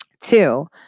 two